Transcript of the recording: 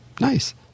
nice